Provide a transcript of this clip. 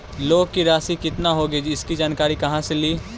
Loan की रासि कितनी होगी इसकी जानकारी कहा से ली?